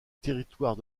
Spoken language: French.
territoire